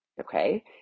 okay